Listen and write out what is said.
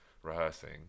Rehearsing